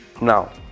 Now